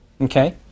okay